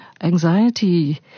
Anxiety